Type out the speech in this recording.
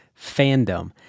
fandom